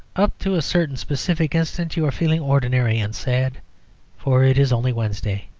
up to a certain specific instant you are feeling ordinary and sad for it is only wednesday.